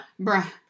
Bruh